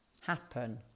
happen